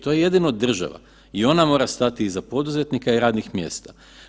To je jedino država i ona mora stati iza poduzetnika i radnih mjesta.